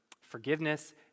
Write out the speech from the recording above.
forgiveness